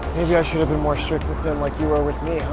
maybe i should have been more strict with him, like you were with me, huh,